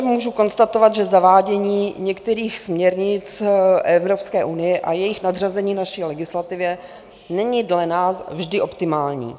Můžu konstatovat, že zavádění některých směrnic Evropské unie a jejich nadřazení naší legislativě není dle nás vždy optimální.